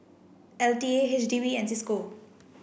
L T A H D B and Cisco